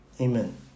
Amen